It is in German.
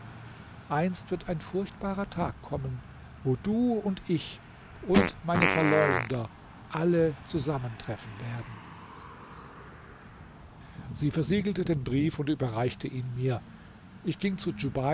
einst wird ein furchtbarer tag kommen wo du und ich und meine verleumder alle zusammentreffen werden sie versiegelte den brief und überreichte ihn mir ich ging zu